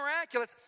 miraculous